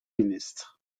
ministre